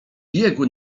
biegł